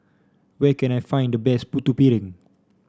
where can I find the best Putu Piring